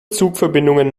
zugverbindungen